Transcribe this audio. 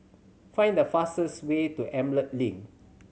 find the fastest way to Emerald Link